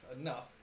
enough